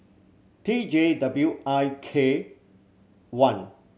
T J W I K one